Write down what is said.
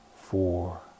four